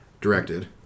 directed